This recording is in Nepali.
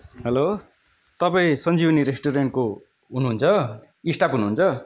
हेलो तपाईँ सञ्जीवनी रेस्टुरेन्टको हुनुहुन्छ स्टाफ हुनुहुन्छ